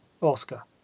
Oscar